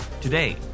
Today